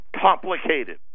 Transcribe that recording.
complicated